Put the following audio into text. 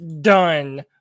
done